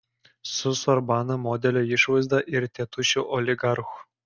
su sorbona modelio išvaizda ir tėtušiu oligarchu